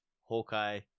hawkeye